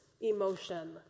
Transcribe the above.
emotion